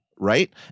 right